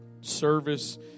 service